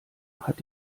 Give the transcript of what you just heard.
hat